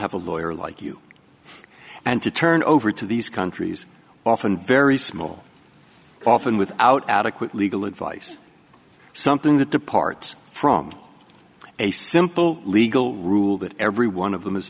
have a lawyer like you and to turn over to these countries often very small often without adequate legal advice something that departs from a simple legal rule that every one of them